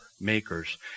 makers